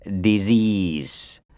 disease